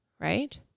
right